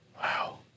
wow